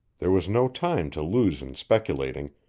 there was no time to lose in speculating,